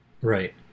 Right